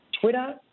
Twitter